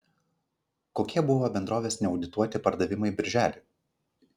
kokie buvo bendrovės neaudituoti pardavimai birželį